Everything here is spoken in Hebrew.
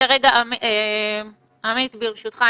ברשותך,